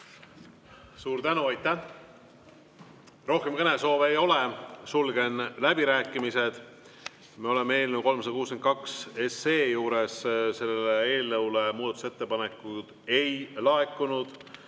Suur tänu! Rohkem kõnesoove ei ole, sulgen läbirääkimised. Me oleme eelnõu 362 juures. Sellele eelnõule muudatusettepanekuid ei laekunud